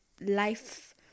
life